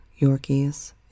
Yorkies